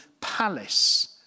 palace